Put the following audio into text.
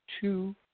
two